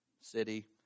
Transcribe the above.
city